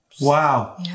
Wow